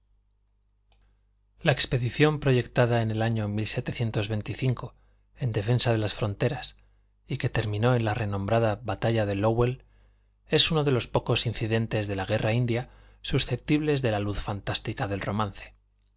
la expedición proyectada el año en defensa de las fronteras y que terminó en la renombrada batalla de lóvell es uno de los pocos incidentes de la guerra india susceptibles de la luz fantástica del romance